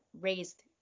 raised